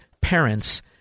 parents